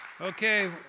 Okay